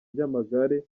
ry’amagare